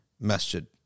masjid